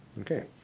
Okay